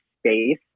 space